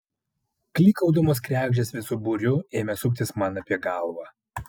klykaudamos kregždės visu būriu ėmė suktis man apie galvą